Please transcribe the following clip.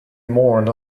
mourned